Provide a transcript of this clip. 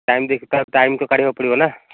time ଦେଇକି ତ time ତ କାଢ଼ିବାକୁ ପଡ଼ିବ ନା